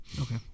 Okay